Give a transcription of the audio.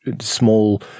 small